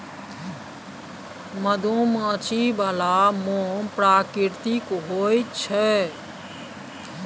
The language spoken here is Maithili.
मधुमाछी बला मोम प्राकृतिक होए छै